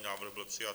Návrh byl přijat.